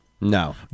No